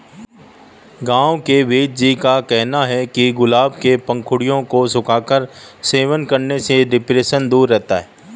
गांव के वेदजी का कहना है कि गुलाब के पंखुड़ियों को सुखाकर सेवन करने से डिप्रेशन दूर रहता है